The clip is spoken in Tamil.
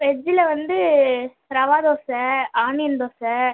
வெஜ்ஜில் வந்து ரவா தோசை ஆனியன் தோசை